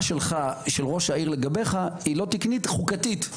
של ראש העיר לגביך היא לא תקנית חוקתית.